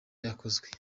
yakozwe